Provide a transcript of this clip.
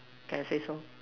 then I say so